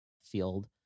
field